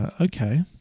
Okay